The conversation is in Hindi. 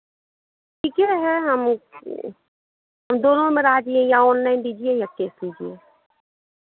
ठीके है हम दोनों में राजी या ऑनलाइन दीजिए या कैश दीजिए